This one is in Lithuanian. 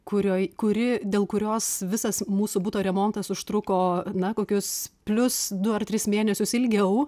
kurioj kuri dėl kurios visas mūsų buto remontas užtruko na kokius plius du ar tris mėnesius ilgiau